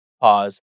pause